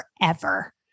forever